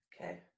okay